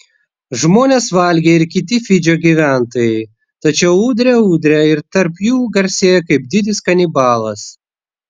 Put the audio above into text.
žmones valgė ir kiti fidžio gyventojai tačiau udre udre ir tarp jų garsėjo kaip didis kanibalas